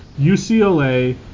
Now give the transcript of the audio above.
UCLA